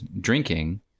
drinking